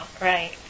Right